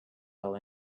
fell